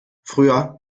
früher